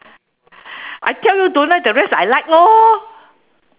I tell you don't like the rest I like lor